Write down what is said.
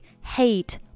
hate